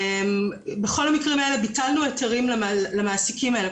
בכל המקרים האלה ביטלנו היתרים למעסיקים האלה.